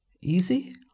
easy